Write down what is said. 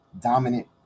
dominant